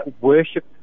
worship